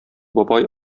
бабай